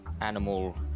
animal